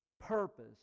purpose